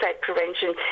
prevention